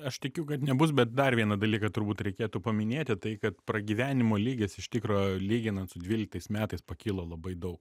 aš tikiu kad nebus bet dar vieną dalyką turbūt reikėtų paminėti tai kad pragyvenimo lygis iš tikro lyginant su dvyliktais metais pakilo labai daug